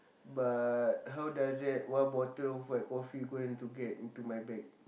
but how does that one bottle of white coffee going to get into my bag